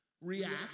react